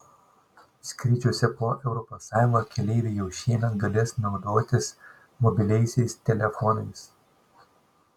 skrydžiuose po europos sąjungą keleiviai jau šiemet galės naudotis mobiliaisiais telefonais